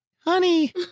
Honey